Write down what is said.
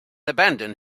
abandoned